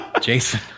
Jason